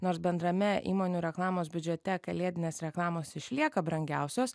nors bendrame įmonių reklamos biudžete kalėdinės reklamos išlieka brangiausios